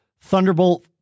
Thunderbolt